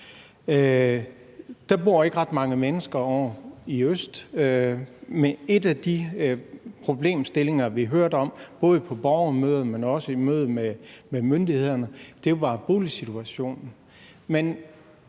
Der bor ikke ret mange mennesker ovre i øst, men en af de problemstillinger, vi hørte om, både på borgermøderne, men også i mødet med myndighederne, var boligsituationen: